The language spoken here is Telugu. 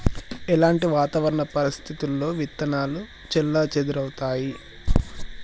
ఎలాంటి వాతావరణ పరిస్థితుల్లో విత్తనాలు చెల్లాచెదరవుతయీ?